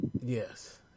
Yes